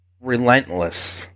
relentless